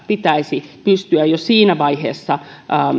pitäisi pystyä jo siinä vaiheessa